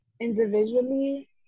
individually